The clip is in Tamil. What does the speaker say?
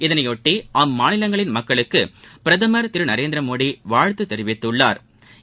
இதனையொட்டிஅம்மாநிலங்களின் மக்களுக்குபிரதமர் திருநரேந்திரமோடிவாழ்த்துதெரிவித்துள்ளாா்